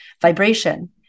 vibration